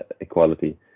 equality